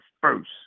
first